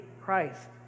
Christ